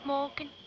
Morgan